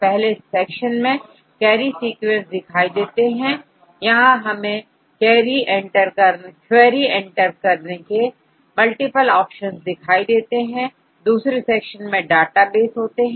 पहले सेक्शन में query sequence दिखाई देते हैं यहां हमें क्वेरी एंटर करने के मल्टीपल ऑप्शन दिखाई देते हैं दूसरे सेक्शन में डेटाबेस होते हैं